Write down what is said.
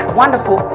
wonderful